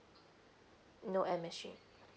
no M_S_G